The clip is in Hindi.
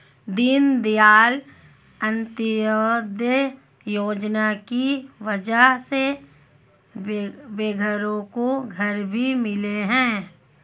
दीनदयाल अंत्योदय योजना की वजह से बेघरों को घर भी मिले हैं